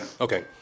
Okay